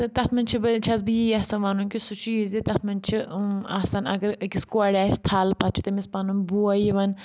تَتھ منٛز چھس بہٕ یی یَژھان وَنُن کہِ سُہ چھُ یہِ زِ تَتھ منٛز چھِ آسان اَگر أکِس کورِ آسہِ تھل پتہٕ چھ تٔمِس پَنُن بوے یِوان